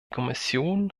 kommission